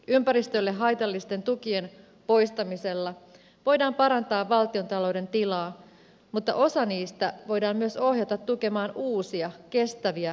ympäristölle haitallisten tukien poistamisella voidaan parantaa valtiontalouden tilaa mutta osa niistä voidaan myös ohjata tukemaan uusia kestäviä energiavaihtoehtoja